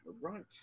right